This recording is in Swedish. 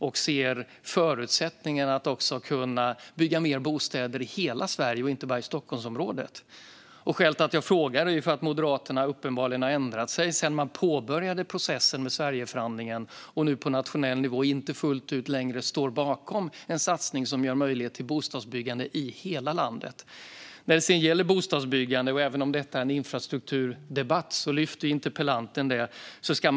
De ser förutsättningarna att kunna bygga fler bostäder i hela Sverige och inte bara i Stockholmsområdet. Skälet till att jag frågar är att Moderaterna uppenbarligen har ändrat sig sedan de påbörjade processen med Sverigeförhandlingen. Men nu står man på nationell nivå inte fullt ut bakom en satsning som ger möjlighet till bostadsbyggande i hela landet. Även om detta är en infrastrukturdebatt lyfter interpellanten även upp bostadsbyggande.